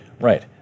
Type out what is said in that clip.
Right